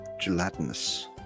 gelatinous